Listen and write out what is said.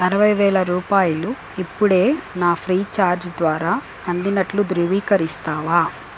అరవై వేల రూపాయలు ఇప్పుడే నా ఫ్రీ చార్జ్ ద్వారా అందినట్లు ధృవీకరిస్తావా